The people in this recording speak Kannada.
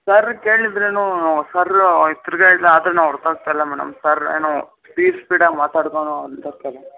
ಸರ್ರಿಗೆ ಕೇಳಿದ್ರೂನೂ ಸರ್ರೂ ತಿರ್ಗ ಆದರೂನೂ ಅರ್ಥ ಆಗ್ತಾಯಿಲ್ಲ ಮೇಡಮ್ ಸರ್ ಏನೋ ಸ್ಪೀಡ್ ಸ್ಪೀಡಾಗಿ ಮಾತಾಡಿಕೊಂಡು ಹೊರ್ಟೋಗ್ತಾರೆ